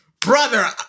Brother